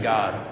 God